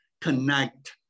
connect